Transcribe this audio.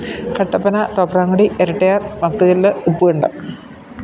Kattappana Thopramkudy Erattayar Pathukallu Uppukandam